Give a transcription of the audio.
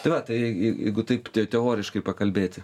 tai va tai jei jeigu taip t teoriškai pakalbėti